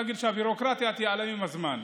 הביורוקרטיה תיעלם עם הזמן.